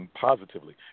positively